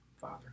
Father